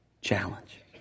challenge